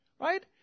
Right